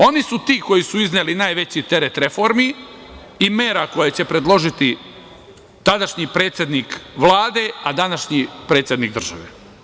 Oni su ti koji su izneli najveći teret reformi i mera koja će predložiti tadašnji predsednik Vlade, a današnji predsednik države.